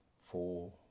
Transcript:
four